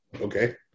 okay